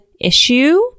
issue